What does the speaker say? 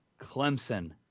Clemson